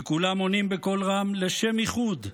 וכולם עונים בקול רם: "לשם ייחוד".